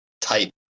type